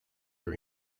are